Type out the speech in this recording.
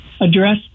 Address